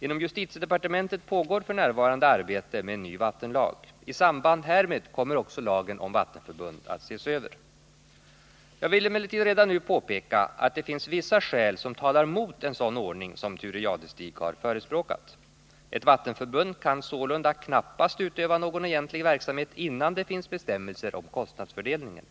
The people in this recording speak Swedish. Inom justitiedepartementet pågår f. n. arbete med en ny vattenlag. I samband härmed kommer också lagen om vattenförbund att ses över. Jag vill emellertid redan nu påpeka att det finns vissa skäl som talar mot en sådan ordning som Thure Jadestig har förespråkat. Ett vattenförbund kan sålunda knappast utöva någon egentlig verksamhet innan det finns bestämmelser om kostnadsfördelningen.